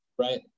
Right